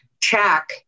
check